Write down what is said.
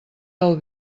del